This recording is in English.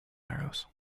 marrows